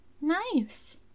Nice